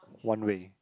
one way